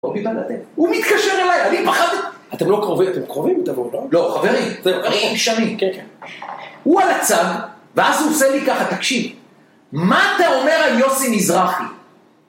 הוא מתקשר אליי, אני פחדתי. אתם לא קרובים? אתם קרובים אתה והוא, לא? לא, חברים. חברים שנים. הוא על הצג ואז הוא עושה לי ככה, תקשיב, מה אתה אומר על יוסי מזרחי?